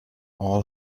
all